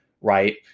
right